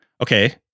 Okay